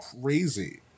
crazy